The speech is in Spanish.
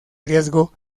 riesgo